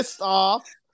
off